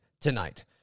tonight